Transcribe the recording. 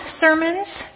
sermons